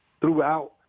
throughout